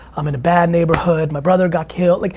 i'm in a bad neighborhood, my brother got killed. like